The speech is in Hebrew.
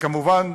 כמובן,